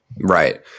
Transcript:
Right